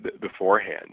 beforehand